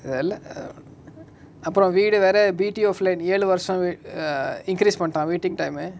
தெரில:therila err அப்ரோ வீடு வேர:apro veedu vera B_T_O flats lah நீ ஏழு வருசோ:nee yelu varuso wait err increase பன்னிட்டா:pannitaa waiting time ah